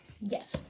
yes